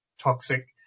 toxic